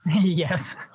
Yes